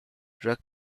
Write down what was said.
drug